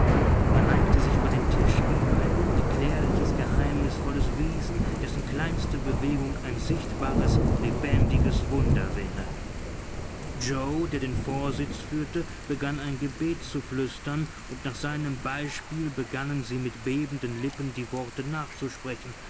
man neigte sich über den tisch wie über ein unerklärliches geheimnisvolles wesen dessen kleinste bewegung ein sichtbares lebendiges wunder wäre yoe der den vorsitz führte begann ein gebet zu flüstern und nach seinem beispiel begannen sie mit bebenden lippen die worte nachzusprechen